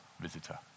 visitor